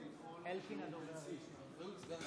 תודה